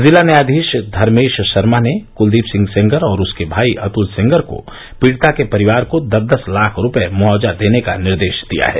जिला न्यायावीश धर्मेश शर्मा ने कुलदीप सिंह सेंगर और उसके भाई अतल सेंगर को पीडिता के परिवार को दस दस लाख रूपये मुआवजा देने का भी निर्देश दिया है